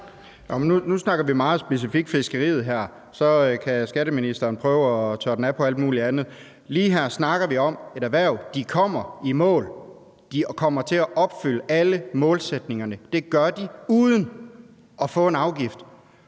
Nu snakker vi meget specifikt om fiskeriet her. Så kan skatteministeren prøve at tørre den af på alt muligt andet. Lige her snakker vi om et erhverv, som kommer i mål, og som kommer til at opfylde alle målsætningerne. Det gør de uden at få en afgift.